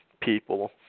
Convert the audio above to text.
people